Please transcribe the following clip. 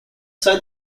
sent